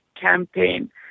campaign